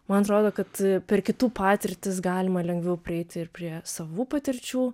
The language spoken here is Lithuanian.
man atrodo kad per kitų patirtis galima lengviau prieiti ir prie savų patirčių